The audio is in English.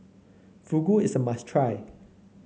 fugu is a must try